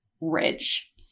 Ridge